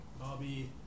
Bobby